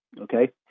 Okay